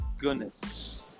goodness